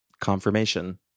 confirmation